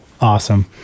awesome